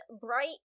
bright